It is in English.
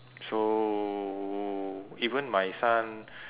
so even my son